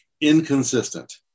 inconsistent